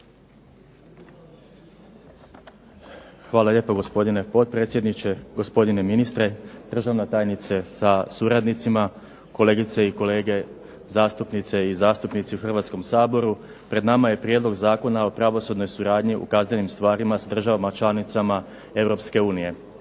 Hvala lijepa gospodine potpredsjedniče, gospodine ministre, državna tajnice sa suradnicima, kolegice i kolege zastupnice i zastupnici u Hrvatskom saboru. Pred nama je Prijedlog zakona o pravosudnoj suradnji u kaznenim stvarima s državama članicama